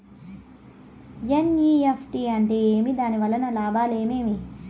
NEFT అంటే ఏమి? దాని వలన లాభాలు ఏమేమి